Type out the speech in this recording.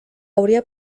hauria